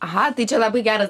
aha tai čia labai geras